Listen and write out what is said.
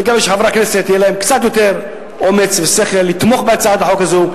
אני מקווה שלחברי הכנסת יהיה קצת יותר אומץ ושכל לתמוך בהצעת החוק הזו,